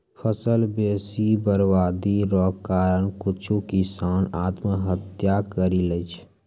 फसल बेसी बरवादी रो कारण कुछु किसान आत्महत्या करि लैय छै